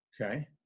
Okay